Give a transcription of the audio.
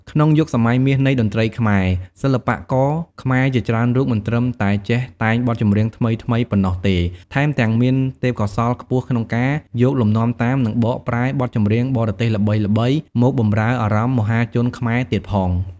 ក្នុងយុគសម័យមាសនៃតន្ត្រីខ្មែរ សិល្បករខ្មែរជាច្រើនរូបមិនត្រឹមតែចេះតែងបទចម្រៀងថ្មីៗប៉ុណ្ណោះទេ ថែមទាំងមានទេពកោសល្យខ្ពស់ក្នុងការ យកលំនាំតាម និងបកប្រែបទចម្រៀងបរទេសល្បីៗ មកបម្រើអារម្មណ៍មហាជនខ្មែរទៀតផង។